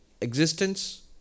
existence